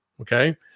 Okay